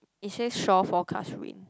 it says shore forecast rain